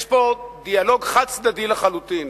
יש פה דיאלוג חד-צדדי לחלוטין,